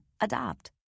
Adopt